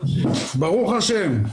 ברוך השם.